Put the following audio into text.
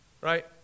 right